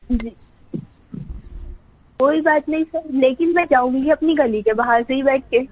جی کوئی بات نہیں سر لیکن میں جاؤں گی اپنی گلی کے باہر سے ہی بیٹھ کے